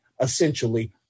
essentially